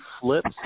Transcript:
flips